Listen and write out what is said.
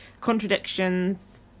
contradictions